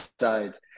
side